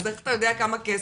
אז איך אתה יודע כמה כסף?